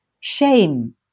shame